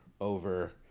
over